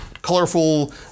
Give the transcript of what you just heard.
Colorful